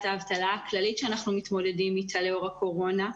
האבטלה הכללית שאנחנו מתמודדים איתה לאור הקורונה,